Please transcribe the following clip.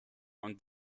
und